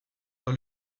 dans